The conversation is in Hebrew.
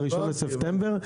אלא עד 1 בספטמבר,